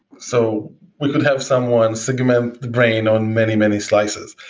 so we could have someone segment the brain on many, many slices.